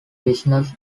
business